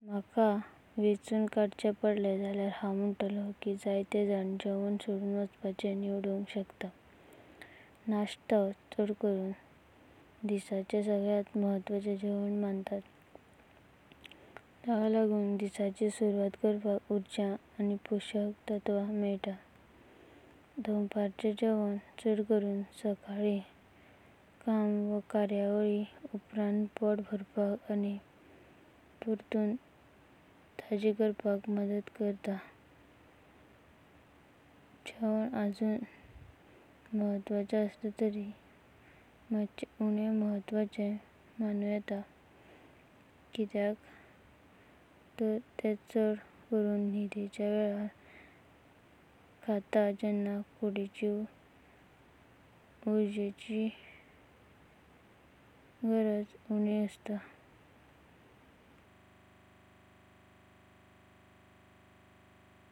डब्यांतळी टोमाटाची चटणी योग्य रीतीनं संथोवण दवरल्यार तुलेंना चड काळा सुरक्षीतपणांक संथोवंका मेलता। हांगा कन्या मार्गदर्शक तत्वा दिलयांत। उक्ते नशिल्ले दाबे। सरुत्तम दर्जो उत्पादन तारखे सावाणा बारां ते अठरां म्हायानें सदराणापणानां डब्याचेर छापूनां। खवापाकां कन्या जायनां तैयार केल्यां तारखे सावाणा दोन ते पाच वर्षां, जो मेरेंना डबाकी इबदाणसतां उरतां आनी थंड। सुक्या सुवेतेर संथोवण दवरतातां। उगडलेले दाबे फ्रीजांत तीन ते पाच दिस दवरतातां। महत्वाचीं कन्या बालायाचीं टिपो। डब्याची तपासणी कराचीं खावणपाचां पयलीं डब्यांत लुकसानां। गंजा व सुजा येवपाचीं लक्षनां दिसूना येता वा न हाची तपासणी कराचीं। जरां तुमका हांचे चिन्ह दिसतात जाल्यार डबकी उडोवाचीं।